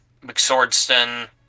McSwordston